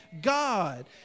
God